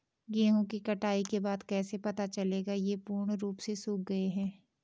गेहूँ की कटाई के बाद कैसे पता चलेगा ये पूर्ण रूप से सूख गए हैं?